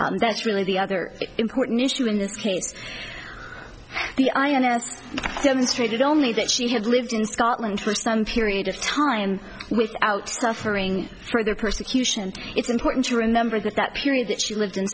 and that's really the other important issue in this case the ins demonstrated only that she had lived in scotland for some period of time without suffering for the persecution it's important to remember that that period that she lived in